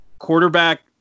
Quarterback